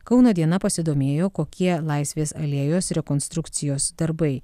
kauno diena pasidomėjo kokie laisvės alėjos rekonstrukcijos darbai